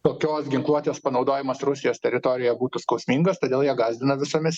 tokios ginkluotės panaudojimas rusijos teritorijoje būtų skausmingas todėl jie gąsdina visomis